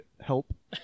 help